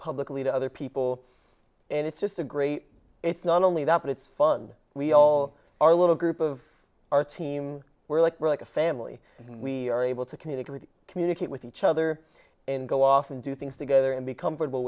publicly to other people and it's just a great it's not only that but it's fun we all our little group of our team we're like a family and we are able to communicate with communicate with each other and go off and do things together and be comfortable